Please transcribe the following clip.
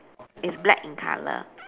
it's black in color